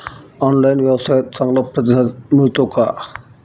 Online व्यवसायात चांगला प्रतिसाद मिळतो का?